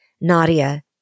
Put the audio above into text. Nadia